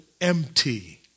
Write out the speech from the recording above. empty